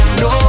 no